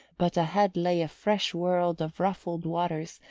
but ahead lay a fresh world of ruffled waters,